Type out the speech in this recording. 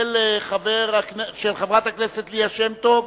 של חברת הכנסת ליה שמטוב.